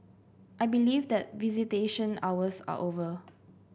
I believe that visitation hours are over